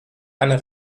einer